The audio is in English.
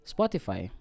Spotify